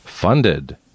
Funded